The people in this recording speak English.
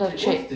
doctorate